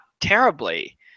terribly